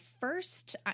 first